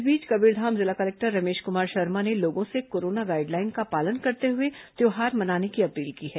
इस बीच कबीरधाम जिला कलेक्टर रमेश कुमार शर्मा ने लोगों से कोरोना गाइडलाइन का पालन करते हुए त्यौहार मनाने की अपील की है